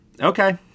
okay